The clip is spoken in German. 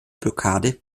blockade